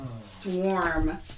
swarm